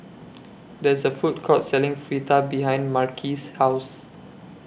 There's A Food Court Selling Fritada behind Marquis' House